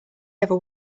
ever